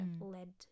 led